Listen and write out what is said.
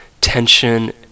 tension